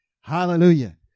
Hallelujah